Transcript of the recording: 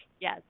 Yes